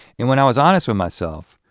and when i was honest with myself,